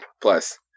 Plus